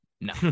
No